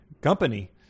company